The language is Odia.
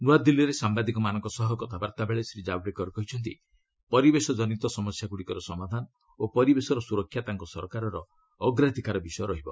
ନ୍ତଆଦିଲ୍ଲୀରେ ସାମ୍ଭାଦିକମାନଙ୍କ ସହ କଥାବାର୍ତ୍ତାବେଳେ ଶ୍ରୀ ଜାବଡେକର କହିଛନ୍ତି ପରିବେଶଜନିତ ସମସ୍ୟାଗ୍ରଡ଼ିକର ସମାଧାନ ଓ ପରିବେଶର ସୁରକ୍ଷା ତାଙ୍କ ସରକାରର ଅଗ୍ରାଧିକାର ବିଷୟ ରହିବ